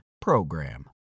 PROGRAM